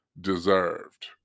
deserved